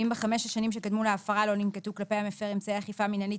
ואם בחמש השנים שקדמו להפרה לא ננקטו כלפי המפר אמצעי אכיפה מינהלית